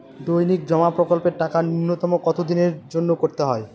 দৈনিক জমা প্রকল্পের টাকা নূন্যতম কত দিনের জন্য করতে হয়?